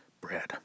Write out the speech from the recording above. bread